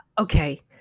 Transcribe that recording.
Okay